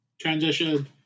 transition